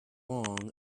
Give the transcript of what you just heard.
long